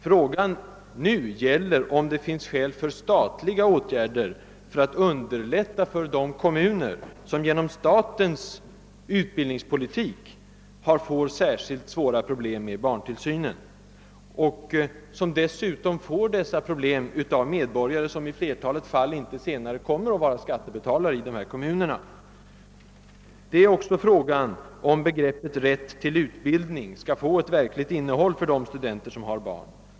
Frågan nu gäller om det finns skäl för statliga åtgärder för att underlätta situationen för de kommuner som genom statens utbildningspolitik fått särskilt svåra problem med barntillsynen och som dessutom får dessa problem av medborgare som i flertalet fall inte senare kommer att vara skattebetalare i kommunen i fråga. Frågan gäller också om begreppet rätt till utbildning skall få ett verkligt innehåll för de studenter som har barn.